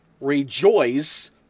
rejoice